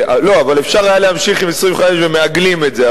לא, אבל היה אפשר להמשיך עם 25, ומעגלים את זה.